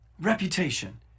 Reputation